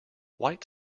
white